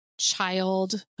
childhood